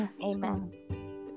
Amen